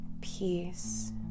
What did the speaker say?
peace